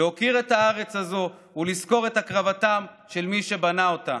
להוקיר את הארץ הזו ולזכור את הקרבתם של מי שבנו אותה.